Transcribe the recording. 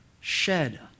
shed